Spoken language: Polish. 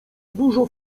dużo